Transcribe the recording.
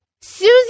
Susie